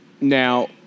Now